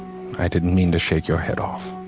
i didn't mean to shake your head off.